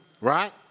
Right